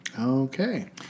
Okay